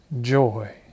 joy